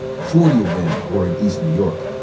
forty of them were in east new york.